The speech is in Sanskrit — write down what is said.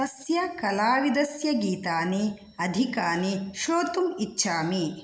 तस्य कलाविदस्य गीतानि अधिकानि श्रोतुम् इच्छामि